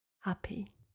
Happy